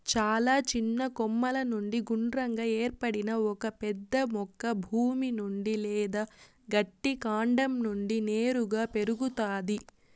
చాలా చిన్న కొమ్మల నుండి గుండ్రంగా ఏర్పడిన ఒక పెద్ద మొక్క భూమి నుండి లేదా గట్టి కాండం నుండి నేరుగా పెరుగుతాది